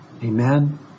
Amen